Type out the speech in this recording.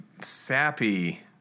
sappy